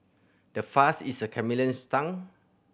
how fast is a chameleon's tongue